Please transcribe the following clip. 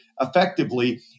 effectively